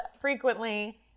frequently-